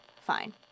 Fine